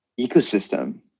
ecosystem